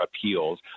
appeals